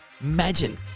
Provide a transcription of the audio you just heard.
Imagine